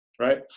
right